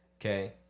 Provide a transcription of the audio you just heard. Okay